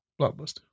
blockbuster